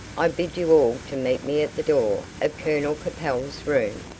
i bid you all to meet me at the door of colonel capel's room.